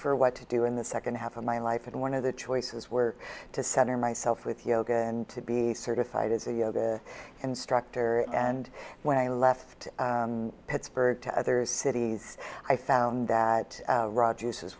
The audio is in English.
for what to do in the second half of my life and one of the choices were to center myself with yoga and to be certified as a yoga instructor and when i left pittsburgh to other cities i found that